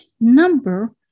Number